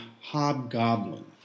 hobgoblin